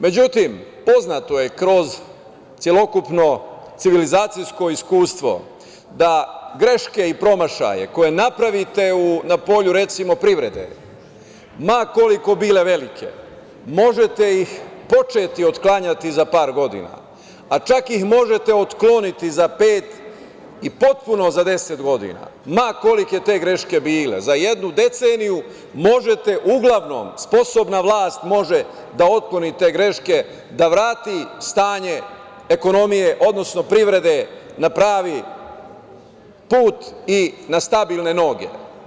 Međutim, poznato je kroz celokupno civilizacijsko iskustvo da greške i promašaje koje napravite na recimo, polju privrede, ma koliko bile velike možete ih početi otklanjati za par godina, a čak ih možete otkloniti za pet i potpuno za 10 godina, ma kolike te greške bile, za jednu deceniju možete uglavnom, sposobna vlast može da otkloni te greške, da vrati stanje ekonomije, odnosno privrede na pravi put i na stabilne noge.